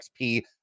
XP